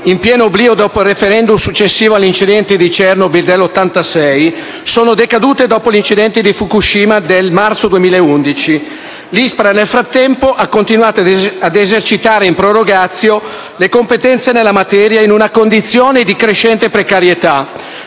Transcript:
in pieno oblio dopo il *referendum* successivo all'incidente di Chernobyl del 1986, sono decadute dopo l'incidente di Fukushima del marzo 2011. L'ISPRA, nel frattempo, ha continuato ad esercitare in *prorogatio* le competenze nella materia in una condizione di crescente precarietà.